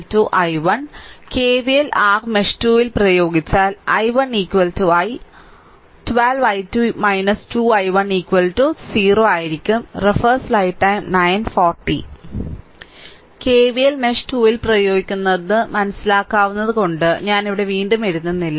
KVL r mesh 2 ൽ പ്രയോഗിച്ചാൽ I1 I 12 i2 2 i1 0 ആയിരിക്കും കെവിഎൽ മെഷ് 2 ൽ പ്രയോഗിക്കുന്നത് മനസ്സിലാക്കാവുന്നതുകൊണ്ട് ഞാൻ ഇവിടെ വീണ്ടും എഴുതുന്നില്ല